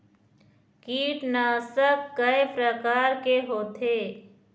कीटनाशक कय प्रकार के होथे?